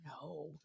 No